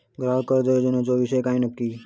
ग्राहक कर्ज योजनेचो विषय काय नक्की?